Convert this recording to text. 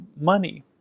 money